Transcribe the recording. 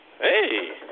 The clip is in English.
Hey